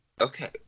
Okay